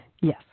Yes